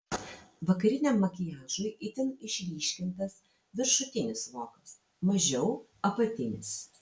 vakariniam makiažui itin išryškintas viršutinis vokas mažiau apatinis